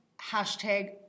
hashtag